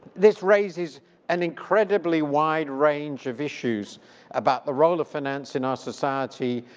this raises an incredibly wide range of issues about the role of finance in our society,